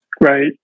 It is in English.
Right